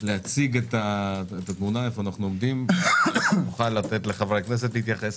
להציג את התמונה ואז נוכל לתת לחברי הכנסת להתייחס